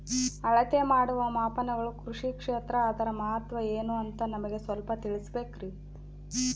ಅಳತೆ ಮಾಡುವ ಮಾಪನಗಳು ಕೃಷಿ ಕ್ಷೇತ್ರ ಅದರ ಮಹತ್ವ ಏನು ಅಂತ ನಮಗೆ ಸ್ವಲ್ಪ ತಿಳಿಸಬೇಕ್ರಿ?